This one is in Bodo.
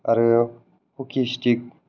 आरो हकि स्टिक